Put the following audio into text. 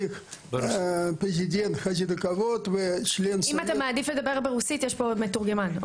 אם אתה מעדיף לדבר ברוסית, יש פה מתורגמן.